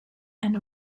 and